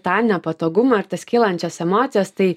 tą nepatogumą ir tas kylančias emocijas tai